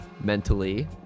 mentally